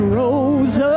rose